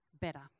better